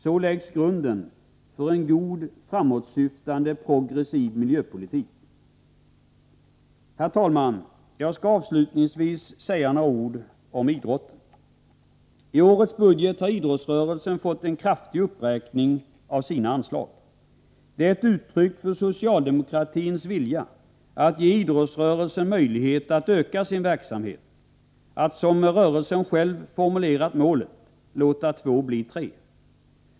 Så läggs grunden för en god, framåtsyftande, progressiv miljöpolitik. Herr talman! Jag skall avslutningsvis säga några ord om idrott. I årets budget har idrottsrörelsen fått en kraftig uppräkning av sina anslag. Detta är ett uttryck för socialdemokratins vilja att ge idrottsrörelsen möjlighet att utöka sin verksamhet, att, som rörelsen själv formulerat målet, låta två bli tre.